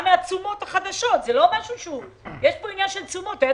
מהתשומות החדשות - יש כאן עניין של תשומות והיה